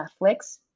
Netflix